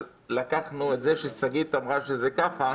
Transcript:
לקחנו את זה ששגית אמרה שזה ככה,